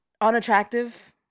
unattractive